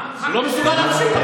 לא מסוגל להקשיב,